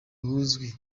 bwiza